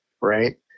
right